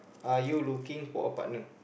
are you looking for a partner